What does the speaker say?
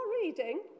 reading